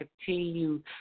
Continue